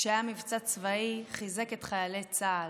כשהיה מבצע צבאי, חיזק את חיילי צה"ל,